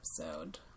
episode